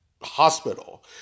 hospital